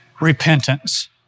repentance